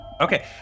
okay